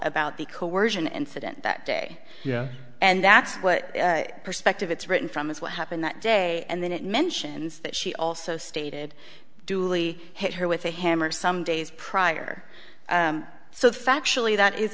coersion incident that day yeah and that's what perspective it's written from is what happened that day and then it mentions that she also stated dooley hit her with a hammer some days prior so factually that is